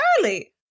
early